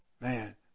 Man